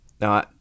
Now